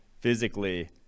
physically